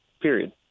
period